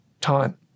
time